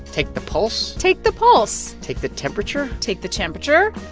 take the pulse take the pulse take the temperature take the temperature.